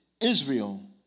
Israel